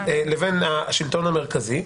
תמיד היא תוכל להתייחס --- לא.